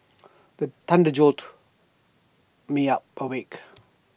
the thunder jolt me awake